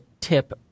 tip